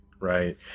right